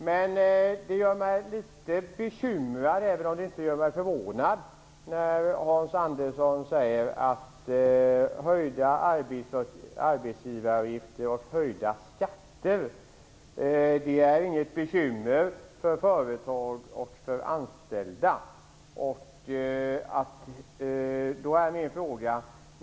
Däremot blir jag litet bekymrad - dock inte förvånad - när Hans Andersson säger att höjda arbetsgivaravgifter och höjda skatter inte är något bekymmer för företag eller anställda.